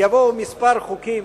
יבואו מספר חוקים,